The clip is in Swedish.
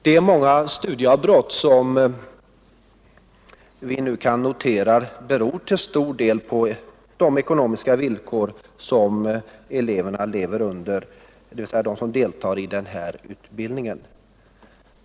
De många studieavbrott som vi nu kan notera beror till stor del på de nuvarande ekonomiska villkoren för de elever som deltar i arbetsmarknadsutbildningen.